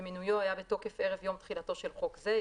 ומינויו היה בתוקף ערב יום תחילתו של חוק זה,